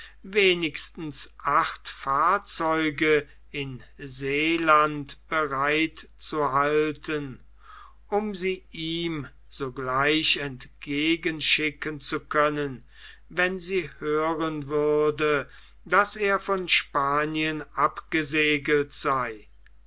wenigstens acht fahrzeuge in seeland bereit zuhalten um sie ihm sogleich entgegenschicken zu können wenn sie hören würde daß er von spanien abgesegelt sei